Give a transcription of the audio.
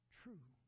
true